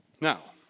Now